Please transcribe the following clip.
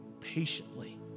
patiently